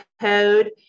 Code